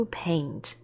paint